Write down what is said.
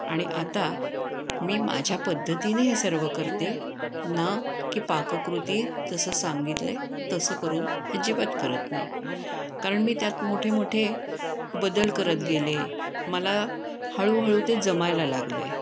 आणि आता मी माझ्या पद्धतीने हे सर्व करते ना की पाककृतीत जसं सांगितलं आहे तसं करून अजिबात करत नाही कारण मी त्यात मोठे मोठे बदल करत गेले मला हळूहळू ते जमायला लागलं आहे